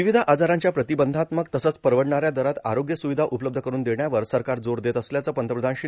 विविध आजारांच्या प्रतिबंधात्मक तसंच परवडणाऱ्या दरात आरोग्य सुविधा उपलब्ध करून देण्यावर सरकार जोर देत असल्याचं पंतप्रधान श्री